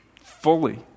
fully